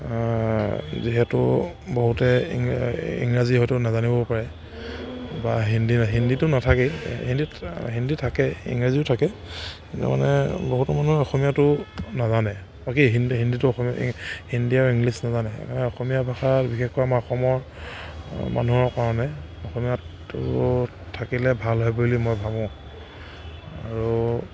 যিহেতু বহুতে ইংৰা ইংৰাজী হয়তো নাজানিবও পাৰে বা হিন্দী হিন্দীটো নাথাকেই হিন্দীত হিন্দী থাকে ইংৰাজীও থাকে কিন্তু মানে বহুতো মানুহে অসমীয়াটো নাজানে বাকী হিন্দী হিন্দীটো অসমীয়া হিন্দী আৰু ইংলিছ নাজানে সেইকাৰণে অসমীয়া ভাষা বিশেষকৈ আমাৰ অসমৰ মানুহৰ কাৰণে অসমীয়াটো থাকিলে ভাল হয় বুলি মই ভাবোঁ আৰু